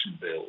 bill